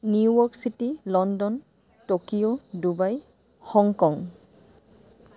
New York city London Tokyo Dubai Hong Kong